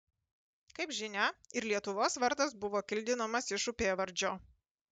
kaip žinia ir lietuvos vardas buvo kildinamas iš upėvardžio